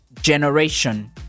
generation